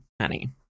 honey